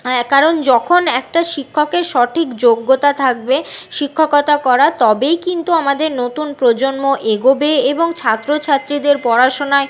হ্যাঁ কারণ যখন একটা শিক্ষকের সঠিক যোগ্যতা থাকবে শিক্ষকতা করার তবেই কিন্তু আমাদের নতুন প্রজন্ম এগোবে এবং ছাত্রছাত্রীদের পড়াশোনায়